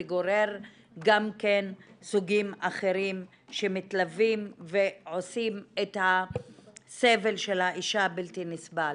זה גורר גם סוגים אחרים שמתלויים ועושים את הסבל של האישה בלתי נסבל.